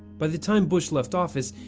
by the time bush left office,